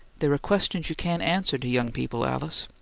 there are questions you can't answer to young people, alice.